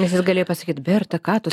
nes jis galėjo pasakyt berta ką tu